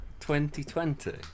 2020